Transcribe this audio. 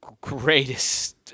greatest